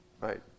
Right